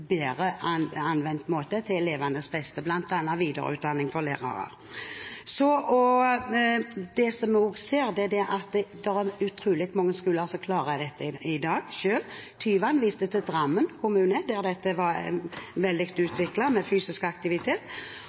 bedre måte til elevenes beste, bl.a. på videreutdanning for lærere. Vi ser også at det i dag er utrolig mange skoler som klarer dette selv. Tyvand viste til Drammen kommune, der dette med fysisk aktivitet